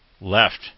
left